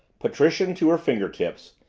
patrician to her finger tips,